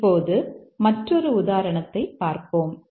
இப்போது மற்றொரு உதாரணத்தைப் பார்ப்போம்